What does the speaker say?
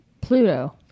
Pluto